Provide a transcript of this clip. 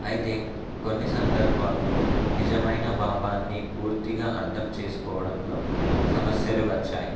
అయితే కొన్ని సందర్భాల్లో నిజమైన భావాన్ని పూర్తిగా అర్థం చేసుకోవడంలో సమస్యలు వచ్చాయి